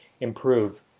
improve